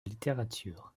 littérature